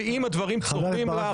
ואם הדברים חורים לך,